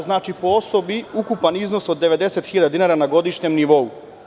Znači, po osobi, ukupan iznos od 90.000 dinara na godišnjem nivou.